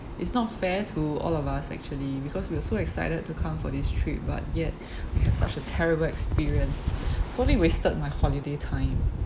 it's not fair to all of us actually because we were so excited to come for this trip but yet we had such a terrible experience totally wasted my holiday time